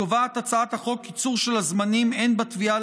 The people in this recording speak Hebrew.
קובעת הצעת החוק קיצור של הזמנים הן בתביעה